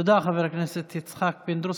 תודה, חבר הכנסת יצחק פינדרוס.